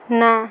ନା